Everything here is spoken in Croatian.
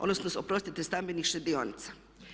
Odnosno oprostite stambenih štedionica.